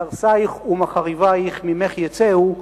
מהרסייך ומחריבייך ממך יצאו,